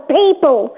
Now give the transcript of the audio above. people